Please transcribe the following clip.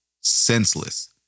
senseless